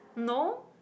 no